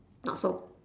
not so